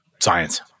science